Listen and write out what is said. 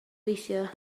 weithiau